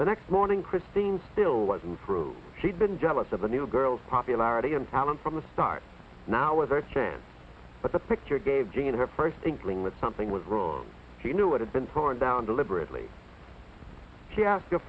the next morning christine still wasn't through she'd been jealous of the new girl's popularity and talent from the start now with a chance but the picture gave gina her first inkling that something was wrong you knew it had been torn down deliberately to ask your